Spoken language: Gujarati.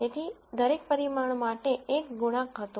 તેથી દરેક પરિમાણ માટે 1 ગુણાંક હતો